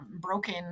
broken